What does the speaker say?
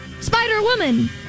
Spider-Woman